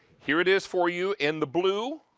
here it is for you in the blue,